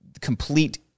complete